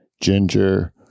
ginger